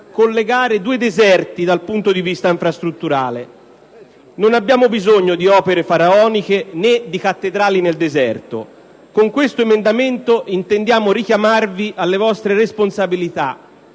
collegare due deserti dal punto di vista infrastrutturale. Non abbiamo bisogno di opere faraoniche, né di cattedrali nel deserto. Con questo emendamento intendiamo richiamarvi alle vostre responsabilità